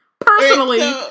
personally